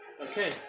Okay